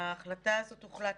בהחלטה הזאת הוחלט